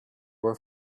were